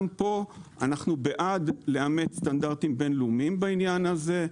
גם פה אנחנו בעד לאמץ סטנדרטים בין-לאומיים בעניין הזה.